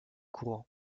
courant